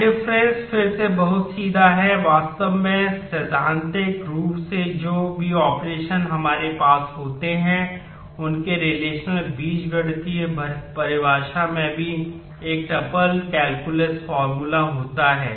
set difference में भी लिख सकते हैं